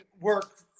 work